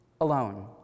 alone